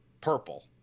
purple